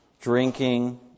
drinking